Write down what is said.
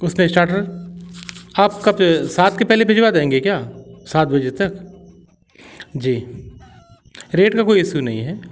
उसमें स्टार्टर आप कब सात के पहले भिजवा देंगे क्या सात बजे तक जी रेट का कोई इशू नहीं है